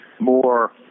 more